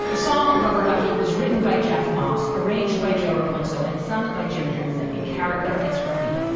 song rubber ducky was written by jeff moss, arranged by joe raposo and sung by jim henson. in-character as ernie,